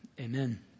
Amen